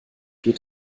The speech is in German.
geht